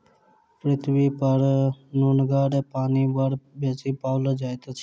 पृथ्वीपर नुनगर पानि बड़ बेसी पाओल जाइत अछि